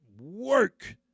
work